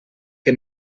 que